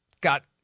got